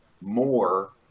more